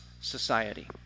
society